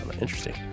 Interesting